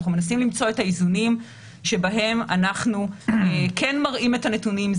אנחנו מנסים למצוא את האיזונים שבהם אנחנו כן מראים את הנתונים,